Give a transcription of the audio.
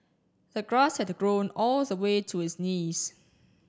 the grass had grown all the way to his knees